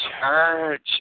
Church